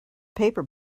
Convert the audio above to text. paper